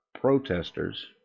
protesters